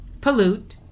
pollute